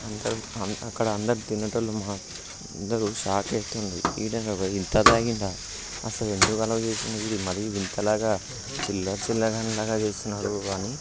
అందరూ అక్కడ అందరూ తినేవాళ్ళు మా అందరూ షాక్ అవుతున్నారు వీడు ఏంట్రా బయ్ ఇంత త్రాగాడా అసలు ఎందుకు అలౌ అ చేసారు మరీ ఇంతలాగా చిల్లర చిల్లరగాని లాగా చేస్తున్నారు అని